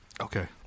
Okay